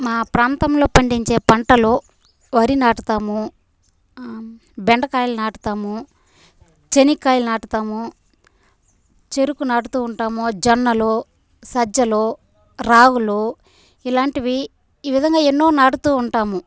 మా ప్రాంతంలో పండించే పంటలు వరి నాటుతాము బెండకాయలు నాటుతాము శనక్కాయలు నాటుతాము చెరుకు నాటుతూ ఉంటాము జొన్నలు సజ్జలు రాగులు ఇలాంటివి ఈ విధంగా ఎన్నో నాటుతూ ఉంటాము